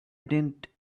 didn’t